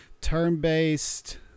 turn-based